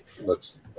looks